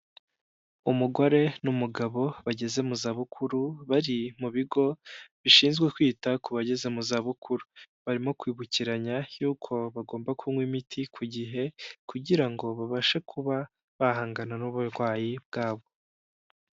Umugore n'umugabo bageze mu zabukuru, bari mu bigo bishinzwe kwita ku bageze mu zabukuru, barimo kwibukiranya yuko bagomba kunywa imiti ku gihe kugira ngo babashe kuba bahangana n'uburwayi bwabo.